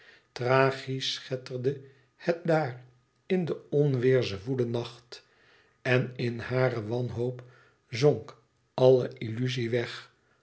schetterde het daar in den onweêrzwoelen nacht en in hare wanhoop zonk alle illuzie weg